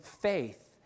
faith